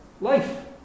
life